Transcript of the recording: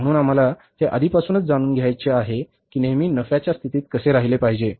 म्हणून आम्हाला हे आधीपासूनच जाणून घ्यायचे आहे की नेहमी नफ्याच्या स्थितीत कसे राहीले पाहिजे